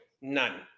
None